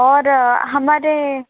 और हमारे